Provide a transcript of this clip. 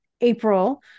April